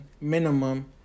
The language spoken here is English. minimum